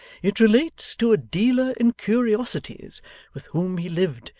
it relates to a dealer in curiosities with whom he lived,